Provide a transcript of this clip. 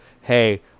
Hey